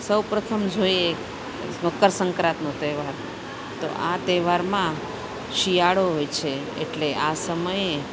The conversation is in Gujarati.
સૌપ્રથમ જોઈએ મકરસંક્રાંતિનો તહેવાર તો આ તહેવારમાં શિયાળો હોય છે એટલે આ સમયે